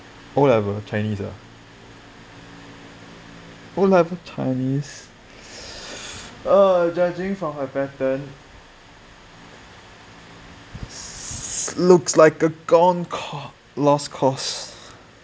O level chinese ah O level chinese ah judging from her pattern looks like a gone lost cause